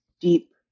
Deep